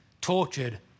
tortured